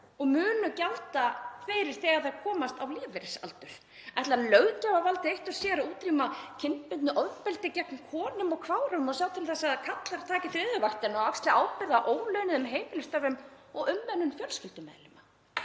og munu gjalda fyrir þegar þær komast á lífeyrisaldur? Ætlar löggjafarvaldið eitt og sér að útrýma kynbundnu ofbeldi gegn konum og kvárum og sjá til þess að karlar taki þriðju vaktina og axli ábyrgð á ólaunuðum heimilisstörfum og umönnun fjölskyldumeðlima?